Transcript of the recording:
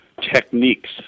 techniques